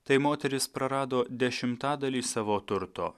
tai moterys prarado dešimtadalį savo turto